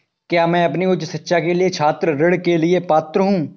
क्या मैं अपनी उच्च शिक्षा के लिए छात्र ऋण के लिए पात्र हूँ?